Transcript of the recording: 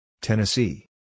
Tennessee